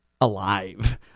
alive